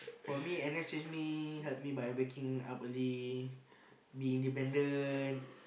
for me N_S change me help me by waking up early be independent